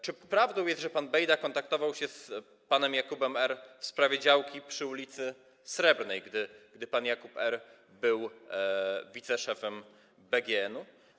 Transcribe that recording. Czy prawdą jest, że pan Bejda kontaktował się z panem Jakubem R. w sprawie działki przy ul. Srebrnej, gdy pan Jakub R. był wiceszefem BGN-u?